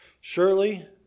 Surely